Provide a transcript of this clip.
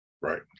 Right